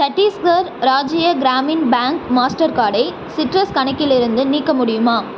Chhattisgarh Rajya Gramin bank master கார்டை சிட்ரஸ் கணக்கிலிருந்து நீக்க முடியுமா